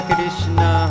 Krishna